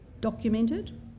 Documented